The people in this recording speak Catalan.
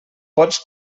pots